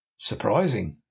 surprising